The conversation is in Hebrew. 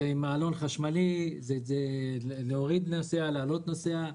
עם מעלון חשמלי שמאפשר להוריד נוסע ולהעלות נוסע.